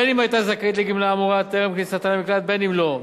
בין שהיתה זכאית לגמלה האמורה טרם כניסתה למקלט ובין שלא,